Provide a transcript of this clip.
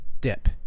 dip